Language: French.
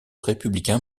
républicain